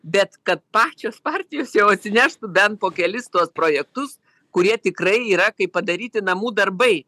bet kad pačios partijos jau atsineštų bent po kelis tuos projektus kurie tikrai yra kaip padaryti namų darbai